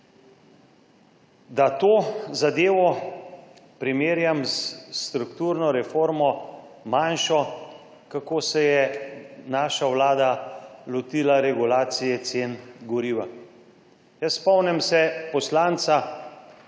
Da to zadevo primerjam s strukturno reformo manjšo, kako se je naša Vlada lotila regulacije cen goriva. Spomnim se poslanca,